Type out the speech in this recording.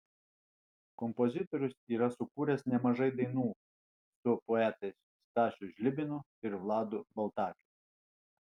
kompozitorius yra sukūręs nemažai dainų su poetais stasiu žlibinu ir vladu baltakiu